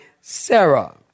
Sarah